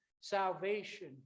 salvation